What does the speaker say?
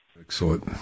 Excellent